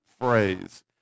phrase